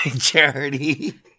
Charity